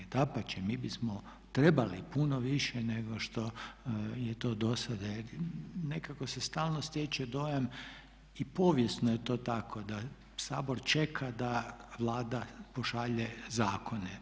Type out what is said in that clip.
Dapače, mi bismo trebali puno više nešto što je to do sada, jer nekako se stalno stječe dojam i povijesno je to tako da Sabor čeka da Vlada pošalje zakone.